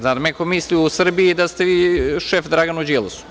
Zar neko misli u Srbiji da ste vi šef Draganu Đilasu.